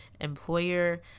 employer